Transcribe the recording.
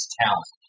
talent